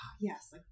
yes